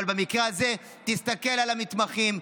אבל במקרה הזה תסתכל על המתמחים,